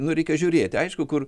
nu reikia žiūrėti aišku kur